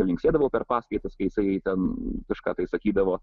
linksėdavau per paskaitas jisai ten kažką tai sakydavo